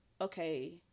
okay